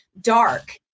dark